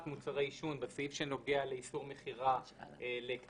מוצרי עישון בסעיף שנוגע לאיסור מכירה לקטינים.